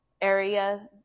area